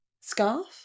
scarf